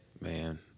Man